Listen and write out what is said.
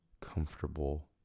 comfortable